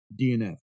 DNF